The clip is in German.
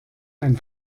ein